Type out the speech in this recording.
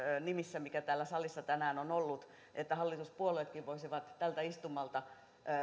nimissä mikä täällä salissa tänään on ollut että hallituspuolueetkin voisivat tältä istumalta